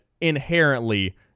inherently